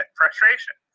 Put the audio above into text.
frustration